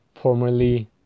formerly